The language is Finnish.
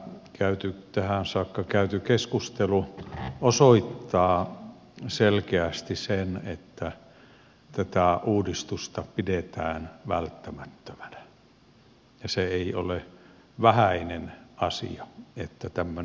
tämä tähän saakka käyty keskustelu osoittaa selkeästi sen että tätä uudistusta pidetään välttämättömänä ja se ei ole vähäinen asia että tämmöinen yksimielisyys on